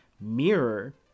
Mirror